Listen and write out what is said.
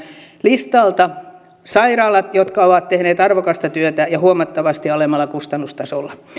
listalta sairaalat jotka ovat tehneet arvokasta työtä ja huomattavasti alemmalla kustannustasolla